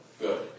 Good